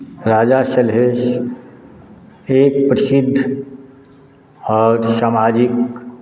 राजा सलहेश एक प्रसिद्ध आओर सामाजिक